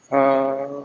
err